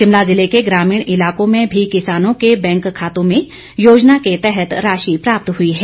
शिमला ज़िले के ग्रामीण इलाकों में भी किसानों के बैंक खातों में योजना के तहत राशि प्राप्त हुई है